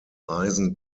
eisen